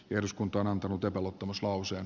voittaa on antanut epäluottamuslauseen